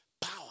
power